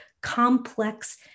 complex